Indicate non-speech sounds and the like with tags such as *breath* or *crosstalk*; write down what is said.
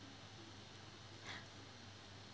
*breath*